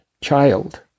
child